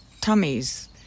tummies